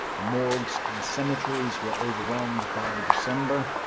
the morgues and cemeteries were overwhelmed by december.